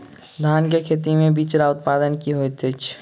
धान केँ खेती मे बिचरा उत्पादन की होइत छी?